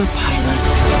pilots